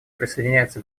присоединяется